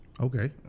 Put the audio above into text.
Okay